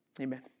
amen